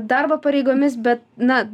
darbo pareigomis bet na